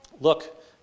Look